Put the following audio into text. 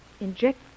Inject